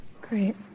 Great